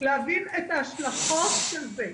כדי להבין את ההשלכות של זה,